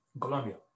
Colombia